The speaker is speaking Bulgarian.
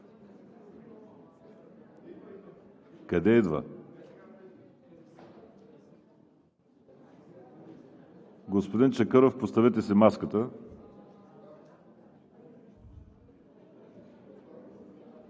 идва.) Господин Чакъров, поставете си маската.